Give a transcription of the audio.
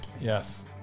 Yes